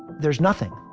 there's nothing